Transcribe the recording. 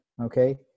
Okay